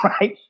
Right